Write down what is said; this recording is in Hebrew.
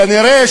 כנראה,